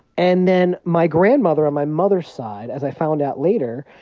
and then my grandmother on my mother's side, as i found out later,